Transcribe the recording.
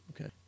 Okay